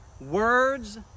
Words